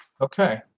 Okay